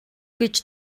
гэж